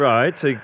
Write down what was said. Right